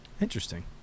Interesting